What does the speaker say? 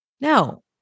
No